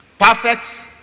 Perfect